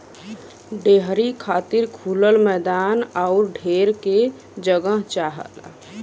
dairy खातिर खुलल मैदान आउर ढेर के जगह चाहला